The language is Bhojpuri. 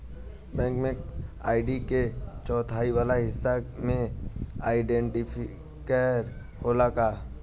बैंक में आई.डी के चौथाई वाला हिस्सा में आइडेंटिफैएर होला का?